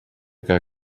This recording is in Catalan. que